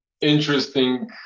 interesting